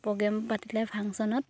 programme পাতিলে ফাংচনত